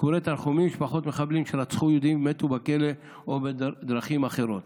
ביקורי תנחומים למשפחות מחבלים שרצחו יהודים ומתו בכלא או בדרכים אחרות.